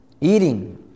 Eating